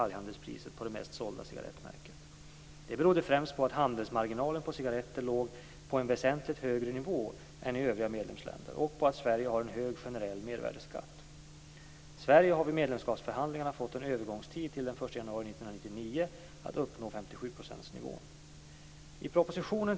Det berodde främst på att handelsmarginalen på cigaretter låg på en väsentligt högre nivå än i övriga medlemsländer och på att Sverige har en hög generell mervärdesskattesats. Sverige har vid medlemskapsförhandlingarna fått en övergångstid till den 1 januari 1999 för att uppnå 57-procentsnivån.